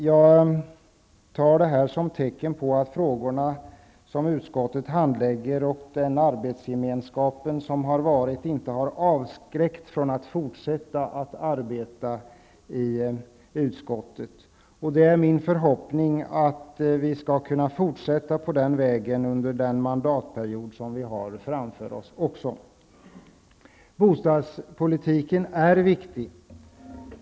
Jag tar detta som ett tecken på att de frågor som utskottet handlägger och den arbetsgemenskap som har funnits inte har avskräckt ledamöterna från fortsatt arbete i utskottet. Det är min förhoppning att vi skall kunna fortsätta på den inslagna vägen också under den mandatperiod som vi har framför oss. Bostadspolitiken är viktig.